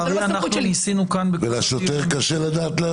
אנחנו ניסינו כאן --- ולשוטר קשה לדעת.